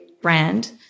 brand